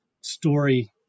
story